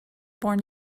born